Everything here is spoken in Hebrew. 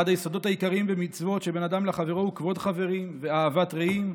אחד היסודות העיקריים במצוות שבין אדם לחברו הוא כבוד חברים ואהבת רעים,